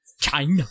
China